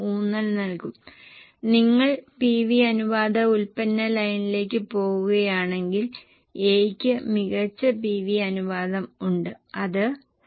അതിനാൽ സാധാരണയായി ഇവിടെ നിങ്ങൾ വിൽപ്പനയുടെ വേരിയബിൾ ചിലവും കുറച്ച് ലാഭ മാർജിനും എടുത്താണ് വില്പന നടത്തുന്നത്